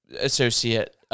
associate